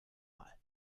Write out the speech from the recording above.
mal